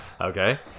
Okay